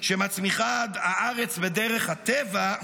שמצמיחה הארץ בדרך הטבע,